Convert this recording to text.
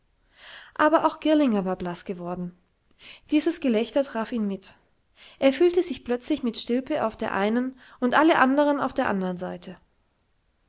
aber auch girlinger war blaß geworden dieses gelächter traf ihn mit er fühlte sich plötzlich mit stilpe auf der einen und alle andern auf der andern seite